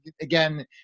again